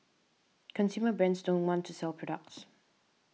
consumer brands don't want to sell products